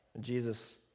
Jesus